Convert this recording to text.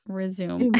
resume